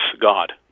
God